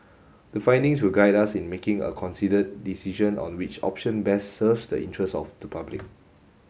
the findings will guide us in making a considered decision on which option best serves the interests of the public